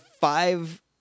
five